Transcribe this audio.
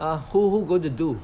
!huh! who who going to do